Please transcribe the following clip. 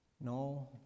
No